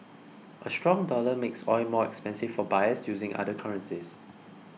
a strong dollar makes oil more expensive for buyers using other currencies